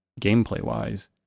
gameplay-wise